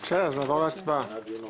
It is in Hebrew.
נעבור להצבעה.